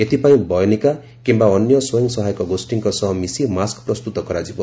ଏଥପାଇଁ ବୟନିକା କିମ୍ୟା ଅନ୍ୟ ସ୍ୱୟଂ ସହାୟକ ଗୋଷୀଙ୍କ ସହ ମିଶି ମାସ୍କ ପ୍ରସ୍ତୁତ କରାଯିବ